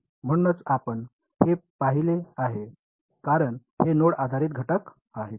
म्हणूनच आपण हे पाहिले आहे कारण हे नोड आधारित घटक आहेत